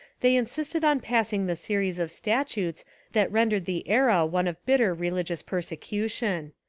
they insisted on passing the series of statutes that rendered the era one of bitter religious persecution.